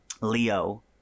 Leo –